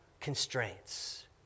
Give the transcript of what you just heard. constraints